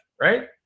right